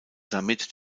damit